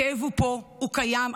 הכאב הוא פה, הוא קיים.